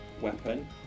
Weapon